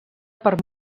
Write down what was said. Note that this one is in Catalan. per